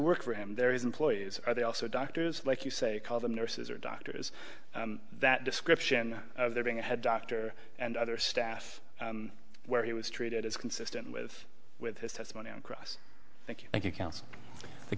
for him there is employed are they also doctors like you say call them nurses or doctors that description of there being a head doctor and other staff where he was treated as consistent with with his testimony on cross thank you thank you coun